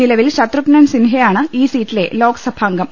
നിലവിൽ ശത്രുഘ്നൻ സിൻഹയാണ് ഈ സീറ്റിലെ ലോക്സഭാംഗം